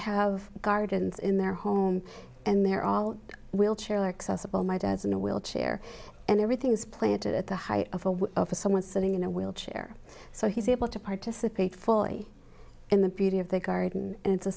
have gardens in their home and they're all wheelchair accessible my dad's in a wheelchair and everything is planted at the height of someone sitting in a wheelchair so he's able to participate fully in the beauty of the garden and it's a